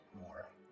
more